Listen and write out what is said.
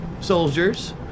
soldiers